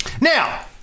Now